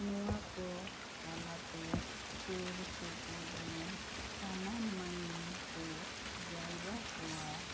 ᱱᱚᱣᱟ ᱠᱚ ᱛᱟᱞᱟ ᱛᱮ ᱥᱩᱨ ᱥᱩᱯᱩᱨ ᱨᱮᱱ ᱥᱟᱱᱟᱢ ᱢᱟᱹᱱᱢᱤ ᱠᱚ ᱡᱟᱣᱨᱟ ᱠᱚᱣᱟ